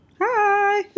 Hi